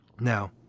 Now